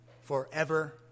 forever